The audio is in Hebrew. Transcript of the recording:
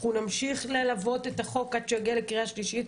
אנחנו נמשיך ללוות את החוק עד שהוא יגיע לקריאה שלישית,